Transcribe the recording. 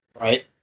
Right